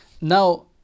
now